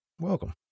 Welcome